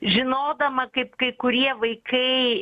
žinodama kaip kai kurie vaikai